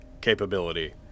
capability